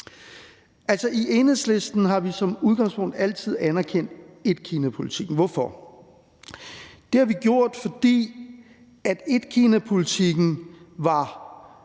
i Enhedslisten har vi som udgangspunkt altid anerkendt etkinapolitikken. Hvorfor? Det har vi gjort, fordi opdelingen af